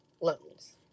loans